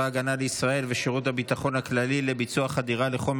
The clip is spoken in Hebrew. הגנה לישראל ושירות הביטחון הכללי לביצוע חדירה לחומר